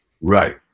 Right